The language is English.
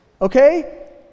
okay